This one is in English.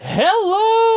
hello